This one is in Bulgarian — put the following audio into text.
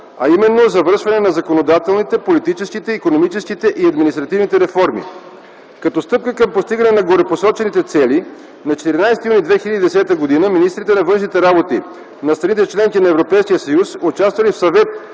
а именно завършване на законодателните, политическите, икономическите и административните реформи. Като стъпка към постигане на горепосочените цели, на 14 юни 2010 г., министрите на външните работи на страните – членки на Европейския съюз, участвали в Съвет